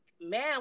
Man